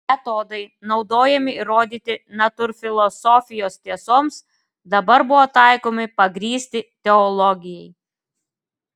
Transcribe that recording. metodai naudojami įrodyti natūrfilosofijos tiesoms dabar buvo taikomi pagrįsti teologijai